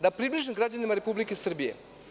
Da približim građanima Republike Srbije.